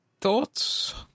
thoughts